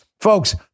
Folks